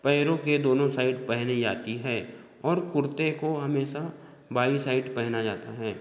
पैरों के दोनों साइड पहनी जाती है और कुर्ते को हमेशा बाईं साइड पहना जाता है